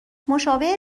مشابه